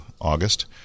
August